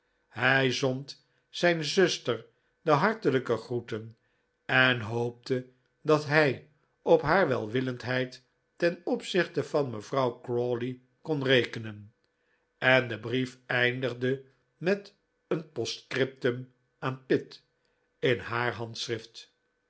hij zond zijn zuster de hartelijke groeten en hoopte dat hij op haar welwillendheid ten opzichte van mevrouw crawley kon rekenen en de brief eindigde met een postscriptum aan pitt in haar handschrift